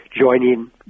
joining